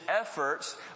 efforts